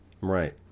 Right